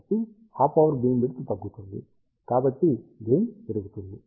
కాబట్టి half power beam width తగ్గుతుంది కాబట్టి గెయిన్ పెరుగుతుంది